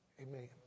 Amen